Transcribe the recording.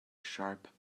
sharp